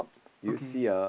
okay